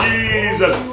Jesus